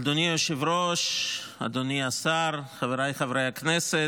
אדוני היושב-ראש, אדוני השר, חבריי חברי הכנסת,